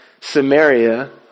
Samaria